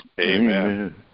Amen